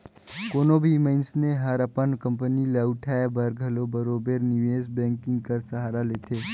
कोनो भी मइनसे हर अपन कंपनी ल उठाए बर घलो बरोबेर निवेस बैंकिंग कर सहारा लेथे